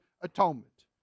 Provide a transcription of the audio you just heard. atonement